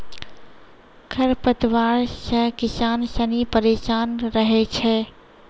खरपतवार से किसान सनी परेशान रहै छै